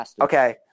Okay